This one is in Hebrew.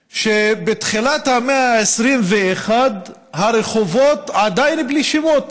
שבתחילת המאה ה-21 הרחובות בו עדיין בלי שמות,